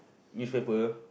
newspaper